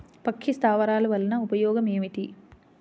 పక్షి స్థావరాలు వలన ఉపయోగం ఏమిటి?